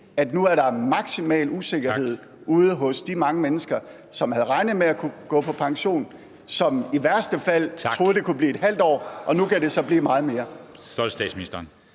at der nu er maksimal usikkerhed ude hos de mange mennesker, som havde regnet med at kunne gå på pension, og som i værste fald troede, at det kunne blive ½ år. Og nu kan det så blive meget mere.